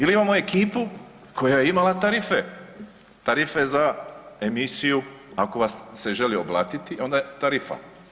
Ili imamo ekipu koja je imala tarife, tarife za emisiju ako vas se želi oblatiti onda je tarifa.